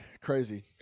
crazy